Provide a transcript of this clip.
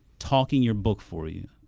talking your book for you,